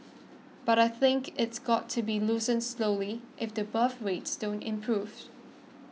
but I think it's got to be loosened slowly if the birth rates don't improve